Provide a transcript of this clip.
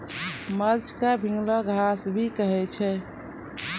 mulch क भींगलो घास भी कहै छै